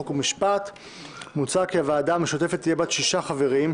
חוק ומשפט מוצע כי הוועדה המשותפת תהיה בת שישה חברים,